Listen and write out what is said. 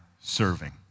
serving